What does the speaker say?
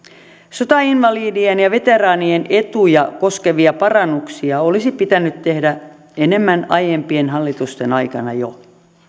sotainvalidien ja veteraanien etuja koskevia parannuksia olisi pitänyt tehdä enemmän jo aiempien hallitusten aikana